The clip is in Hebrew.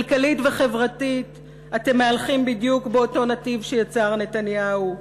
כלכלית וחברתית אתם מהלכים בדיוק באותו נתיב שיצר נתניהו,